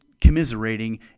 commiserating